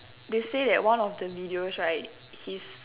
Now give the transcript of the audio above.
they say that one of the videos right his